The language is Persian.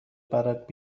برات